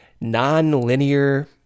non-linear